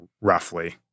roughly